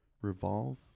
Revolve